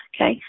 okay